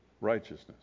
righteousness